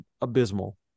abysmal